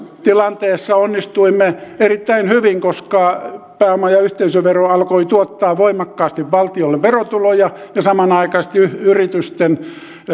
tilanteessa onnistuimme erittäin hyvin koska pääoma ja yhteisövero alkoi tuottaa voimakkaasti valtiolle verotuloja ja samanaikaisesti yritysten